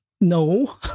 no